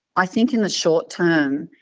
i think in the short term,